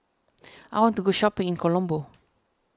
I want to go shopping in Colombo